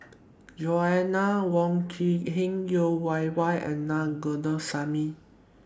Joanna Wong Quee Heng Yeo Wei Wei and Na Govindasamy